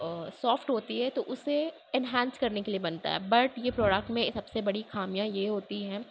soft ہوتی ہے تو اسے انہینس کرنے کے لیے بنتا ہے بٹ یہ پروڈکٹ میں سب سے بڑی خامی یہ ہوتی ہے